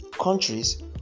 countries